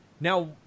Now